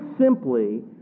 simply